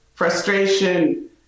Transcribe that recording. frustration